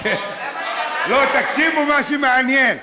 תקשיבו למשהו מעניין.